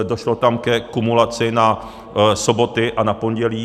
Došlo tam ke kumulaci na soboty a na pondělí.